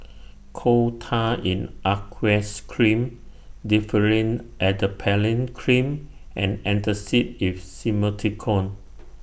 Coal Tar in Aqueous Cream Differin Adapalene Cream and Antacid with Simethicone